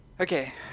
Okay